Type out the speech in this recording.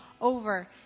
over